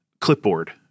clipboard